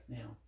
Now